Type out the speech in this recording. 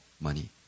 money